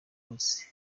munsi